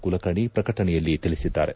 ಕುಲಕರ್ಣಿ ಪ್ರಕಟಣೆಯಲ್ಲಿ ತಿಳಿಸಿದ್ದಾರೆ